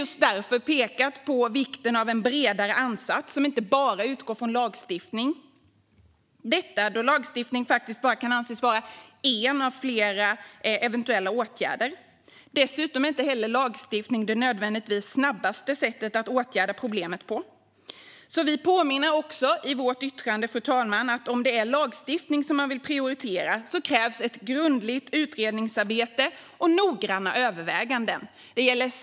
Vi har därför pekat på vikten av en bredare ansats som inte bara utgår från lagstiftning, detta då lagstiftning bara kan anses vara en av flera eventuella åtgärder. Dessutom är lagstiftning inte nödvändigtvis det snabbaste sättet att åtgärda problemet. Vi påminner också i vårt yttrande om att om det är lagstiftning man vill prioritera krävs ett grundligt utredningsarbete och noggranna överväganden.